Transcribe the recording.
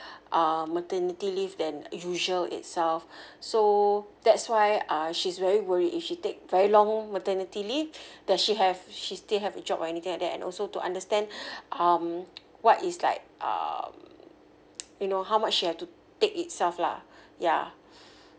uh maternity leave than usual itself so that's why uh she's very worried if she take very long maternity leave does she have she still have a job or anything like that and also to understand um what is like um you know how much you have to take itself lah ya